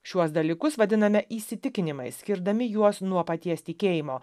šiuos dalykus vadiname įsitikinimais skirdami juos nuo paties tikėjimo